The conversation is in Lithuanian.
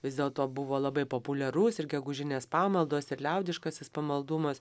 vis dėlto buvo labai populiarus ir gegužinės pamaldos ir liaudiškasis pamaldumas